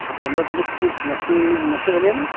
पंदरा तारीक ठीक नक्की नक्की झालीये ना